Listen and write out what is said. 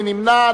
מי נמנע?